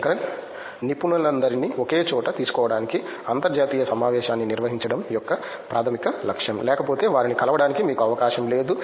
శంకరన్ నిపుణులందరినీ ఒకే చోట తీసుకురావడానికి అంతర్జాతీయ సమావేశాన్ని నిర్వహించడం యొక్క ప్రాథమిక లక్ష్యం లేకపోతే వారిని కలవడానికి మీకు అవకాశం లేదు